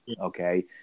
okay